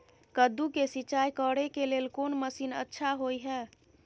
कद्दू के सिंचाई करे के लेल कोन मसीन अच्छा होय है?